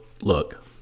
look